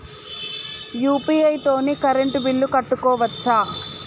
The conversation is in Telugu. యూ.పీ.ఐ తోని కరెంట్ బిల్ కట్టుకోవచ్ఛా?